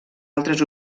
altres